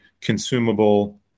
consumable